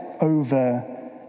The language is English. over